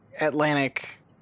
Atlantic